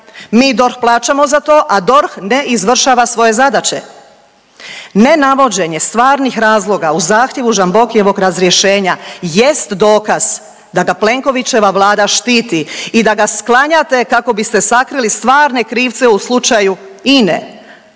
Mi DORH plaćamo za to, a DORH ne izvršava svoje zadaće. Ne navođenje stvarnih razloga u zahtjevu Žambokijevog razrješenja jest dokaz da ga Plenkovićeva vlada štiti i da ga sklanjate kako biste sakrili stvarne krivce u slučaju INA-e,